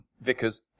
Vickers